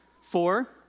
Four